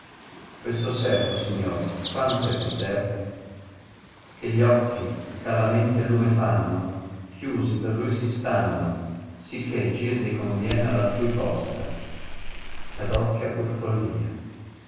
questo servo signor quanto è protervo che gli occhi ch alla mente lume fanno chiusi per lui si stanno sicché gir ne conviene all altrui posta ch adocchia pur follia